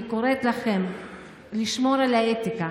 אני קוראת לכם לשמור על האתיקה.